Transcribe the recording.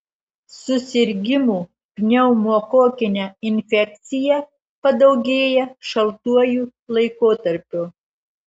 susirgimų pneumokokine infekcija padaugėja šaltuoju laikotarpiu